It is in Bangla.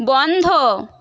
বন্ধ